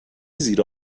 زیر